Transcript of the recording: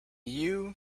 you